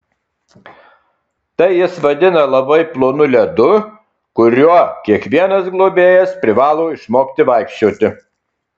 tai jis vadina labai plonu ledu kuriuo kiekvienas globėjas privalo išmokti vaikščioti